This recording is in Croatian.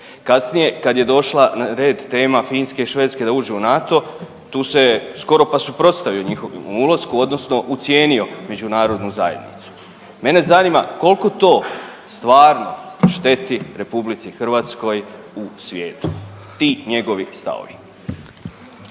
kasnije kad je došla na red tema Finske i Švedske da uđu u NATO tu se skoro pa suprotstavio njihovom ulasku odnosno ucijenio međunarodnu zajednicu. Mene zanima kolko to stvarno šteti RH u svijetu, ti njegovi stavovi?